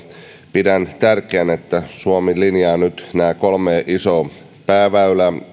pidän tärkeänä että suomi linjaa nyt kolme isoa pääväylää